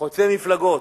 חוצה מפלגות.